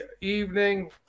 evening